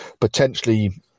potentially